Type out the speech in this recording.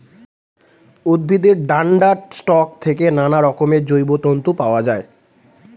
উদ্ভিদের ডান্ডার স্টক থেকে নানারকমের জৈব তন্তু পাওয়া যায়